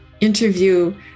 interview